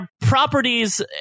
properties